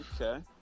Okay